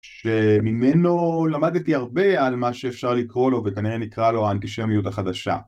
שממנו למדתי הרבה על מה שאפשר לקרוא לו וכנראה נקרא לו האנטישמיות החדשה